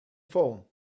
phone